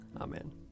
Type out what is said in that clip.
Amen